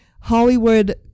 Hollywood